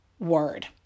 word